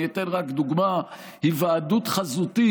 אני אתן רק דוגמה: היוועדות חזותית,